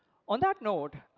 on that note,